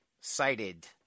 cited